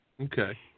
Okay